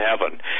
Heaven